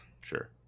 Sure